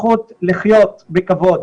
הזכות לחיות בכבוד.